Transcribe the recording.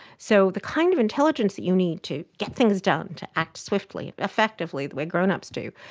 so the kind of intelligence that you need to get things done, to act swiftly, effectively the way grown-ups do,